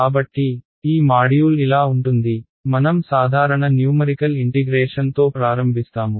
కాబట్టి ఈ మాడ్యూల్ ఇలా ఉంటుంది మనం సాధారణ న్యూమరికల్ ఇంటిగ్రేషన్ తో ప్రారంభిస్తాము